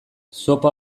zopa